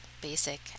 basic